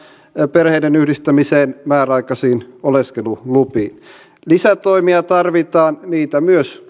perheiden yhdistämiseen määräaikaisiin oleskelulupiin lisätoimia tarvitaan niitä myös